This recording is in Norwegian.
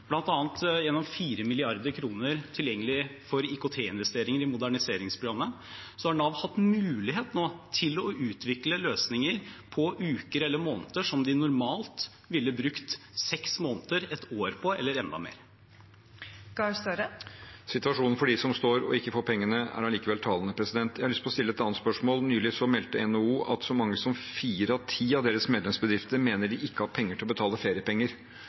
gjennom 4 mrd. kr tilgjengelig for IKT-investeringer i moderniseringsprogrammet har Nav hatt mulighet nå til å utvikle løsninger på uker eller måneder, som de normalt ville brukt seks måneder, ett år eller enda mer på. Det åpnes for oppfølgingsspørsmål – først Jonas Gahr Støre. Situasjonen for dem som står der og ikke får pengene, er allikevel talende. Jeg har lyst til å stille et annet spørsmål. Nylig meldte NHO at så mange som fire av ti av deres medlemsbedrifter mener de ikke har penger til å betale feriepenger.